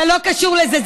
זה לא קשור לזה.